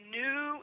new